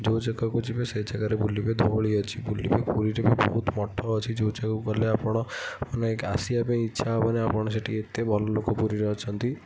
ଯେଉଁ ଜାଗାକୁ ଯିବେ ସେଇ ଜାଗାରେ ବୁଲିବେ ଧଉଳି ଅଛି ଯିବେ ପୁରୀରେ ବି ବହୁତ ମଠ ଅଛି ଯେଉଁଠିକୁ ଗଲେ ଆପଣ ମାନେ ଆସିବାପାଇଁ ଇଚ୍ଛା ହେବନି ଆପଣ ସେଠି ଏତେ ଭଲ ଲୋକ ପୁରୀରେ ଅଛନ୍ତି